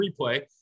replay